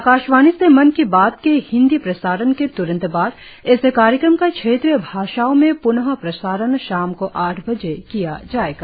आकाशवाणी से मन की बात के हिंदी प्रसारण के त्रन्त बाद इस कार्यक्रम का क्षेत्रीय भाषाओं में प्न प्रसारण शाम को आठ बजे किया जाएगा